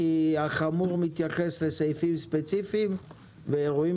כי ה"חמור" מתייחס לסעיפים ספציפיים ואירועים